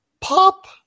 pop